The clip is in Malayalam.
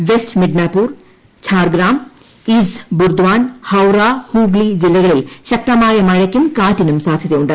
വെസ്റ്റ് മിഡ്നാപൂർ ഛാർഗ്രാം ഈസ്റ്റ് ബുർദാൻ ഹൌറ ഹൂഗ്ലി ജില്ലകളിൽ ശക്തമായ മഴയ്ക്കും കാറ്റിനും സാധ്യത ഉണ്ട്